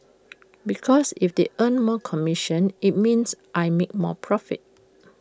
because if they earn more commission IT means I make more profit